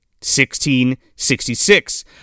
1666